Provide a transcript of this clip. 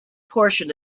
portion